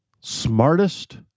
smartest